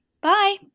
bye